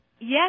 Yes